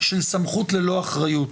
של סמכות ללא אחריות,